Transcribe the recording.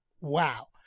Wow